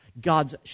God's